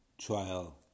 trial